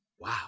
Wow